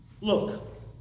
look